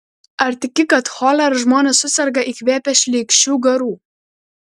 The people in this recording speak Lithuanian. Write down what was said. ar tiki kad cholera žmonės suserga įkvėpę šleikščių garų